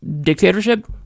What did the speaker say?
dictatorship